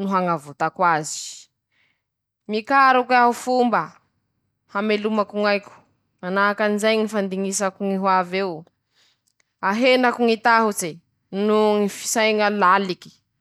rety, ino asanao ñy raha nivolañin-drozy amiko !"